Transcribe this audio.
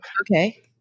okay